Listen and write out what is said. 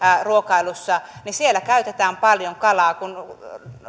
ruokailuissa käytetään paljon kalaa kun